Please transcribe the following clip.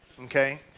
Okay